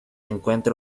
encuentra